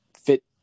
fit